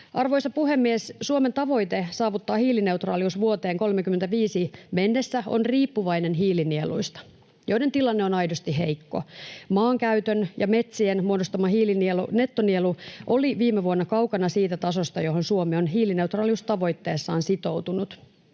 Arvoisa puhemies! Suomen tavoite saavuttaa hiilineutraalius vuoteen 35 mennessä on riippuvainen hiilinieluista, joiden tilanne on aidosti heikko. Maankäytön ja metsien muodostama hiilinielu, nettonielu, oli viime vuonna kaukana siitä tasosta, johon Suomi on hiilineutraaliustavoitteessaan sitoutunut.